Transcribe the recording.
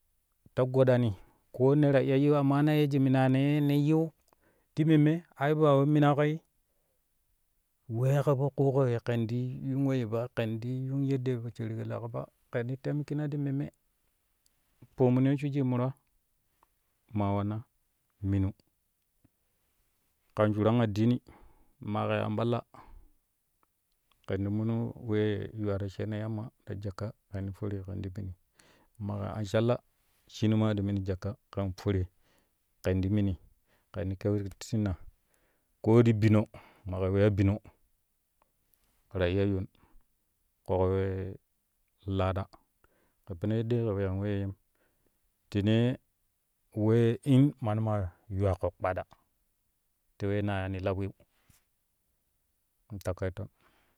Ta gwadani koo ne ta iya yiu amana yeji minano ye ne yiu ti memme ai ba wai minaƙo weeƙo po ƙuuƙo ye ƙen ti yuun weyye ba ken ti yuun yeddee po shaariƙo leƙan ba ken ti taimikina ti memme pomun ye shwijii muraa maa wanna minu kan shuran addini maƙɛ anɓalla kɛn ti munu wee yuwaro sheeno yamma ta zakka kɛn ti fori kɛn ti mini maƙaa an sallah shinu maa to mon zakka kɛn fori kɛn ti mini kɛn ti kyɛutitina koo ti bino maƙa weya bino ke ta iya yuun ƙoƙo wee laaɗa ke peno yeɗɗee kɛ weyaan weyyeyem tenee wee ɗing mano mayuwaƙo kpaaɗa te wee na yaani la win takaito.